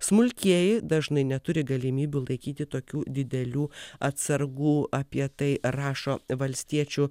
smulkieji dažnai neturi galimybių laikyti tokių didelių atsargų apie tai rašo valstiečių